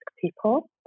people